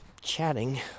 chatting